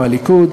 מהליכוד,